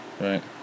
Right